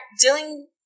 dealing